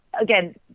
Again